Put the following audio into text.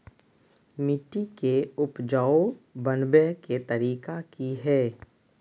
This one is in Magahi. मिट्टी के उपजाऊ बनबे के तरिका की हेय?